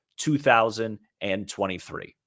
2023